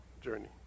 journey